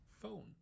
phone